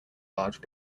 large